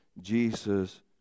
Jesus